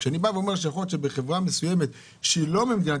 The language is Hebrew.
כשאומרים שיכול להיות שחברה מסוימת שהיא לא ממדינת